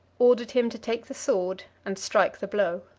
ordered him to take the sword and strike the blow.